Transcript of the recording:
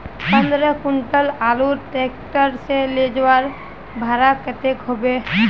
पंद्रह कुंटल आलूर ट्रैक्टर से ले जवार भाड़ा कतेक होबे?